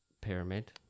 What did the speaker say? pyramid